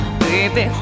baby